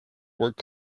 work